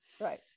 Right